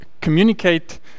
communicate